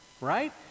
right